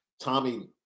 Tommy